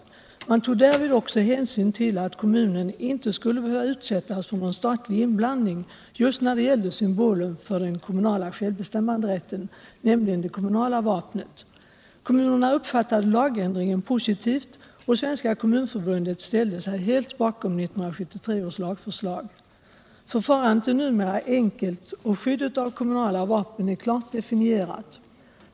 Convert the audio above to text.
Man tog därvid också hänsyn till att kommunen inte skulle behöva utsättas för någon statlig inblandning just när det gällde symbolen för den kommunala självbestämmanderätten, nämligen det kommunala vapnet. Kommunerna uppfattade lagändringen positivt och Svenska kommunförbundet ställde sig helt bakom 1973 års lagförslag. Förfarandet är numera enkelt, och skyddet för kommunala vapen är klart definierat.